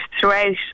throughout